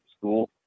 school